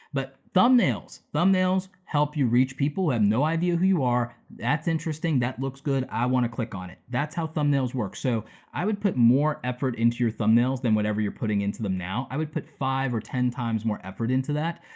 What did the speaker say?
but thumbnails, thumbnails help you reach people who have no idea who you are. that's interesting, that looks good, i wanna click on it. that's how thumbnails work. so i would put more effort into your thumbnails than whatever you're putting into them now. i would put five or ten times more effort into that.